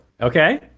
Okay